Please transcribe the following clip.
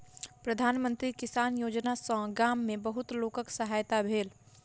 प्रधान मंत्री किसान योजना सॅ गाम में बहुत लोकक सहायता भेल